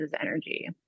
energy